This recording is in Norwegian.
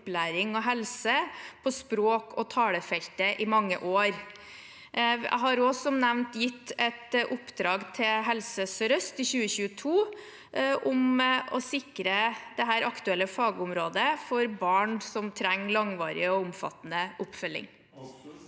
opplæring og helse på språk- og talefeltet i mange år. Jeg ga også som nevnt Helse sør-øst et oppdrag i 2022 om å sikre dette aktuelle fagområdet for barn som trenger langvarig og omfattende oppfølging.